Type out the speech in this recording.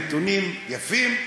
נתונים יפים,